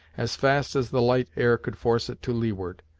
as fast as the light air could force it to leeward.